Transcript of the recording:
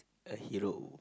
a hero